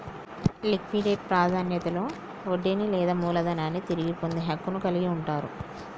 liquidate ప్రాధాన్యతలో వడ్డీని లేదా మూలధనాన్ని తిరిగి పొందే హక్కును కలిగి ఉంటరు